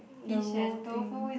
the roe thing